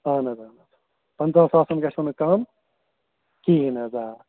اَہَن حظ آ پَنٛژاہ ساسَن گژھن نہٕ کَم کِہیٖنٛۍ حظ آ